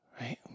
Right